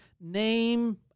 Name